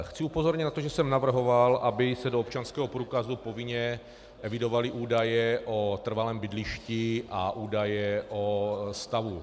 Chci upozornit na to, že jsem navrhoval, aby se do občanského průkazu povinně evidovaly údaje o trvalém bydlišti a údaje o manželském stavu.